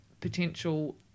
potential